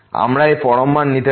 আমরা এই পরম মান নিতে পারি